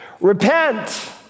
Repent